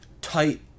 tight